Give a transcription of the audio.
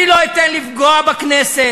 אני לא אתן לפגוע בכנסת,